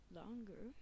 longer